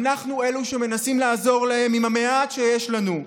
אנחנו אלו שמנסים לעזור להם עם המעט שיש לנו.